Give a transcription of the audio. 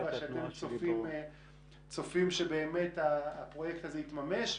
ושאתם צופים שבאמת הפרויקט הזה יתממש.